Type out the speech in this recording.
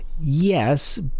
Yes